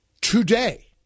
today